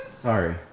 Sorry